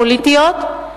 הפוליטיות,